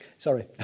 Sorry